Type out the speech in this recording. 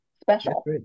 special